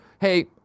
hey